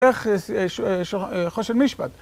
איך חושן משפט?